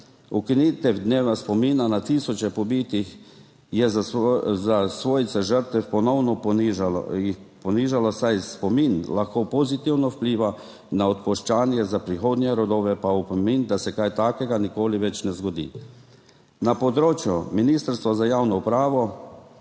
Ukinitev dneva spomina na tisoče pobitih je svojce žrtev ponovno ponižalo, saj spomin lahko pozitivno vpliva na odpuščanje, za prihodnje rodove pa je opomin, da se kaj takega nikoli več ne zgodi. Na področju Ministrstva za javno upravo